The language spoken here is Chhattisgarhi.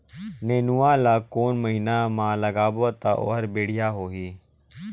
नेनुआ ला कोन महीना मा लगाबो ता ओहार बेडिया होही?